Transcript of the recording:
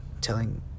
telling